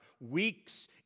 weeks